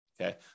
Okay